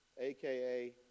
AKA